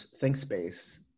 ThinkSpace